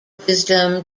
wisdom